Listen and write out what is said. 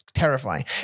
terrifying